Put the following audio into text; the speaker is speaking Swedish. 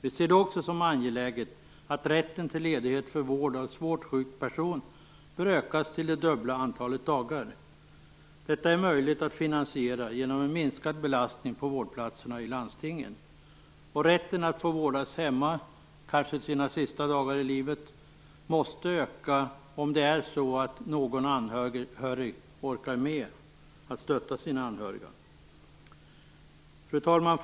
Vi ser det också som angeläget att rätten till ledighet för vård av svårt sjuk person bör ökas till det dubbla antalet dagar. Detta är möjligt att finansiera genom en minskad belastning på vårdplatserna i landstingen. Rätten att få vårdas hemma kanske sina sista dagar i livet måste öka om det är så att någon orkar med att stötta sina anhöriga. Fru talman!